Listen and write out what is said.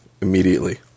immediately